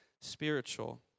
spiritual